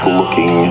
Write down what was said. looking